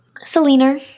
Selena